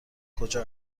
کجا